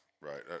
right